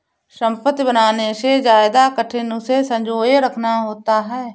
संपत्ति बनाने से ज्यादा कठिन उसे संजोए रखना होता है